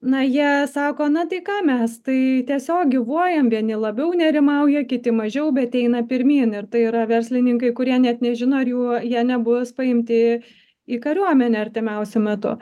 na jie sako na tai ką mes tai tiesiog gyvuojam vieni labiau nerimauja kiti mažiau bet eina pirmyn ir tai yra verslininkai kurie net nežino ar jų jie nebus paimti į kariuomenę artimiausiu metu